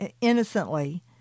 innocently